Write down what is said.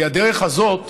כי הדרך הזאת